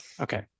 okay